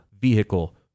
vehicle